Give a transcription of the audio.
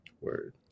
Word